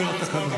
הוצמדו.